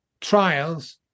trials